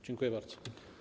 Dziękuję bardzo.